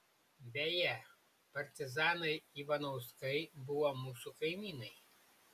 beje partizanai ivanauskai buvo mūsų kaimynai